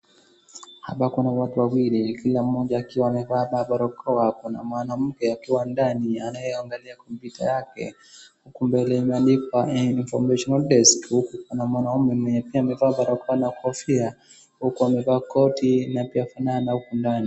Hapa kuna watu wawili kila mmoja akiwa amevaa barakoa, kuna mwanamke akiwa ndani anayeangalia kompyuta yake huku mbele imeandikwa information desk . Huku kuna mwanaume mwenye pia amevaa barakoa na kofia huku amevaa koti na kunafanana huku ndani.